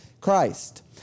Christ